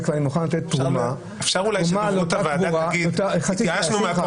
במילה חירום, גם ועדות הכנסת שמעורבות בתחום